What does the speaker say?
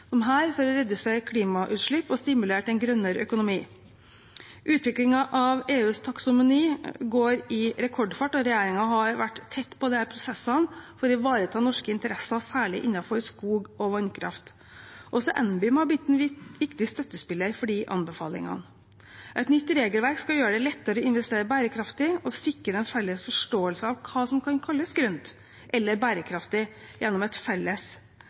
her for å redusere klimautslipp og stimulere til en grønnere økonomi. Utviklingen av EUs taksonomi går i rekordfart, og regjeringen har vært tett på disse prosessene for å ivareta norske interesser, særlig innenfor skog og vannkraft. Også NBIM er blitt en viktig støttespiller for de anbefalingene. Et nytt regelverk skal gjøre det lettere å investere bærekraftig og sikre en felles forståelse av hva som kan kalles grønt eller bærekraftig, gjennom et felles